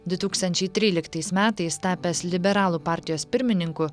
du tūkstančiai tryl iktais metais tapęs liberalų partijos pirmininku